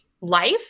life